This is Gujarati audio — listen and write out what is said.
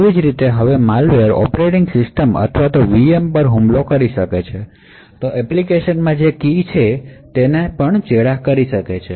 તેવી જ રીતે જો હવે માલવેર ઑપરેટિંગ સિસ્ટમ અથવા VM પર હુમલો કરે છે તો એપ્લિકેશનમાં જે કી છે તેની સાથે ચેડા કરી શકાય છે